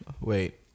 Wait